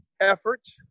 efforts